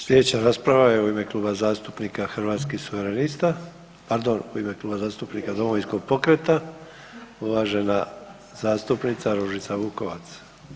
Slijedeća rasprava je u ime Kluba zastupnika Hrvatskih suverenista, pardon, u ime Kluba zastupnika Domovinskog pokreta, uvažena zastupnica Ružica Vukovac.